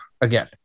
again